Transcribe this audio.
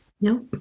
No